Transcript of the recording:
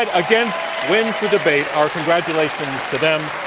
like against wins the debate. our congratulations to them.